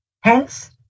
Hence